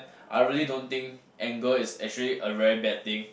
I really don't think anger is actually a very bad thing